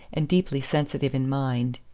and deeply sensitive in mind.